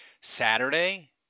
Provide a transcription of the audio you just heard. Saturday